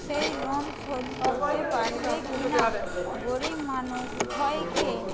সেই লোন শোধ করতে পারবে কি না গরীব মানুষ ভয় খেয়ে